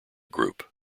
group